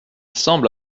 semble